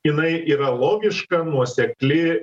jinai yra logiška nuosekli